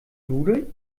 nudeln